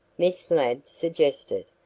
miss ladd suggested,